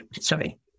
Sorry